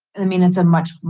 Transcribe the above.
i mean, it's a much,